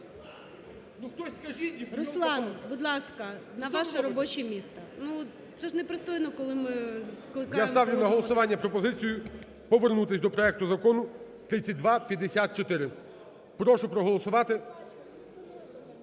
Руслан, будь ласка, – на ваше робоче місце. Ну це ж непристойно, коли ми скликаємо… ГОЛОВУЮЧИЙ. Я ставлю на голосування пропозицію повернутися до проекту Закону 3254. Прошу проголосувати.